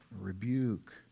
Rebuke